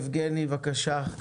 יבגני סובה, בבקשה.